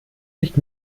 nicht